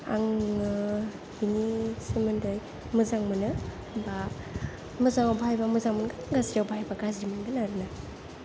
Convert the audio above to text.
आङो बिनि सोमोन्दै मोजां मोनो बा मोजाङाव बाहायबा मोजां मोनगोन गाज्रियाव बाहायबा गाज्रि मोनगोन आरोना